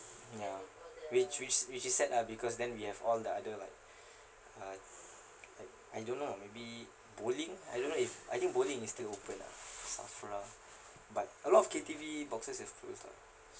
ya which which which is sad ah because then we have all the other like uh like I don't know maybe bowling I don't know if I think bowling is still open lah SAFRA but a lot of K_T_V boxes have closed lah